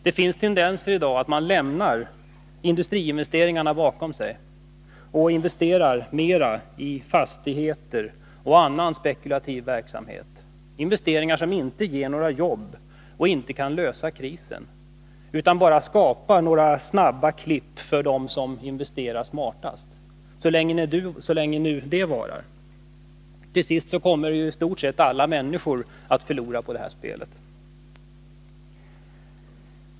Det finns i dag tendenser till att man lämnar industriinvesteringarna bakom sig och investerar mera i fastigheter och annan spekulativ verksamhet —-investeringar som inte ger några jobb och som inte kan lösa krisen utan bara skapar snabba klipp för dem som investerar smartast; så länge nu det varar. Till sist kommer ju i stort sett alla människor att förlora på det här spelet.